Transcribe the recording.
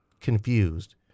confused